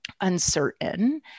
uncertain